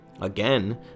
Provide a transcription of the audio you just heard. Again